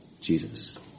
Jesus